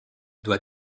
doit